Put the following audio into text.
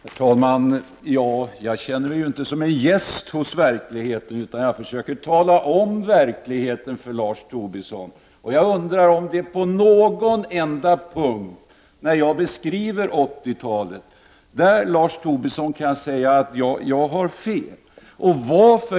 Herr talman! Jag känner mig inte som en gäst hos verkligheten, utan jag försöker förklara den för Lars Tobisson. När jag beskriver 80-talet undrar jag om Lars Tobisson på någon enda punkter kan säga att jag har fel.